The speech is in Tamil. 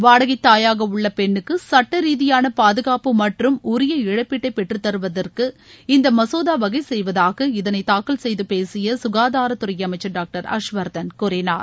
வாடகைத் தாயாக உள்ள பெண்னுக்கு சட்ட ரீதியான பாதுகாப்பு மற்றும் உரிய இழப்பீட்டை பெற்றுத் தருவதற்கு இந்த மசோதா வகை செய்வதாக இதனை தாக்கல் செய்து பேசிய சுகாதாரத்துறை அமைச்சர் டாக்டர் ஹர்ஷ் வர்தன் கூறினார்